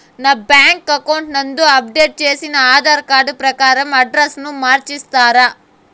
నా bank account నందు update చేసిన ఆధార్ కార్డు ప్రకారం అడ్రస్ ను మార్చిస్తారా?